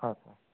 അഹാ